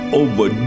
over